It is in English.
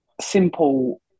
simple